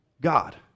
God